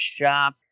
shop